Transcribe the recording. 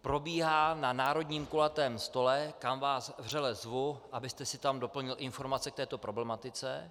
Probíhá na národním kulatém stole, kam vás vřele zvu, abyste si tam doplnil informace k této problematice.